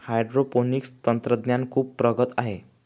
hydroponics तंत्रज्ञान खूप प्रगत आहे